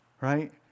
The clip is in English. right